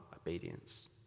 obedience